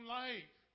life